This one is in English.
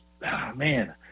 man